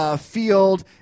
field